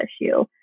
issue